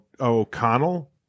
O'Connell